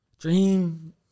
Dream